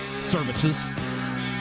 services